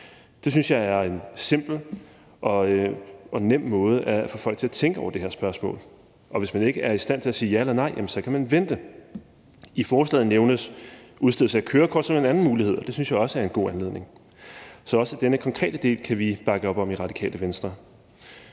Det synes jeg er en simpel og nem måde at få folk til at tænke over det her spørgsmål på. Hvis man ikke er i stand til at sige ja eller nej, kan man vente. I forslaget nævnes tidspunktet vedudstedelse af kørekort som en anden mulighed, og det synes jeg også er en god anledning. Så også denne konkrete del kan vi bakke op om i Radikale Venstre.